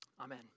Amen